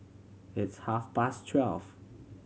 its half past twelve